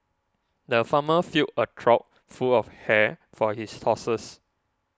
the farmer filled a trough full of hay for his horses